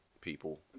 people